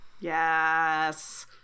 Yes